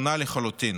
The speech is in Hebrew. שונה לחלוטין.